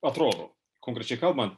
atrodo konkrečiai kalbant